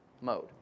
mode